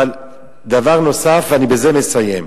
דבר נוסף, ואני בזה מסיים.